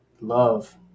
love